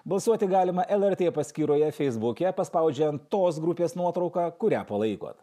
balsuoti galima lrt paskyroje feisbuke paspaudžiant tos grupės nuotrauką kurią palaikot